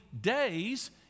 days